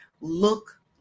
look